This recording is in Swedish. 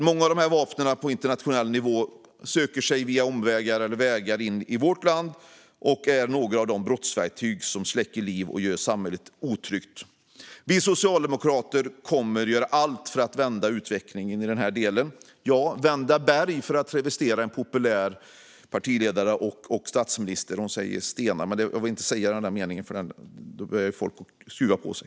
Många av dessa vapen på internationell nivå söker sig via omvägar eller vägar in i vårt land och är några av de brottsverktyg som släcker liv och gör samhället otryggt. Vi socialdemokrater kommer att göra allt för att vända utvecklingen i den här delen. Vi kommer att vända berg, för att travestera en populär partiledare och statsminister. Hon talar om stenar, men jag vill inte säga den där meningen - då börjar folk skruva på sig.